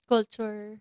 Culture